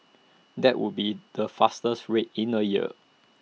that would be the fastest rate in A year